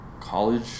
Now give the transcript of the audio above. college